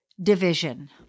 division